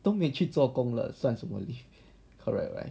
都没去做工了算 leave correct right